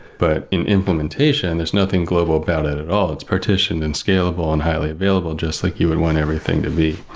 but in implementation, there's nothing global about it at all. it's partitioned and scalable and highly available just like you would want to everything to be.